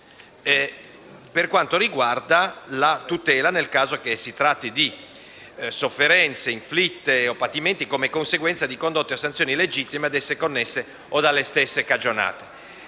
per quanto riguarda la tutela nel caso si tratti di sofferenze inflitte «o patimenti come conseguenza di condotte o sanzioni legittime ad esse connesse o dalle stesse cagionate».